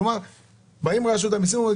כלומר באים אנשי רשות המיסים ואומרים: